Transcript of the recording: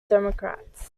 democrats